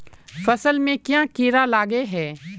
फसल में क्याँ कीड़ा लागे है?